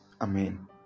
Amen